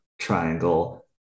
triangle